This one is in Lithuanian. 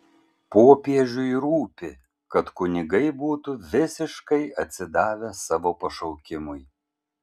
popiežiui rūpi kad kunigai būtų visiškai atsidavę savo pašaukimui